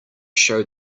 show